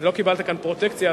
לא קיבלת כאן פרוטקציה,